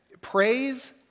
praise